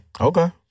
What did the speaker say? Okay